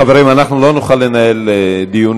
חברים, אנחנו לא נוכל לנהל דיונים.